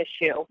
issue